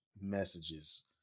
messages